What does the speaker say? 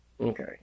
okay